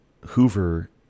Hoover